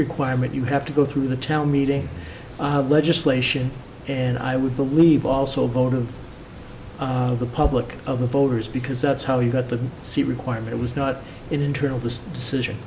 requirement you have to go through the town meeting legislation and i would believe also vote of the public of the voters because that's how you got the seat requirement was not an internal this decision